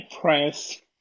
press